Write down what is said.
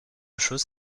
chose